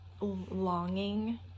longing